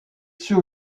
sur